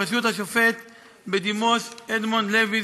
בראשות השופט בדימוס אדמונד לוי,